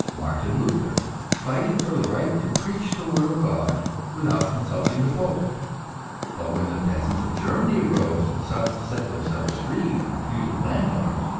martin luther fighting for the right to preach the word of god without consulting the pope but when the peasants of germany rose and sought to set themselves free from feudal landlords,